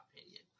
opinion